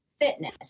fitness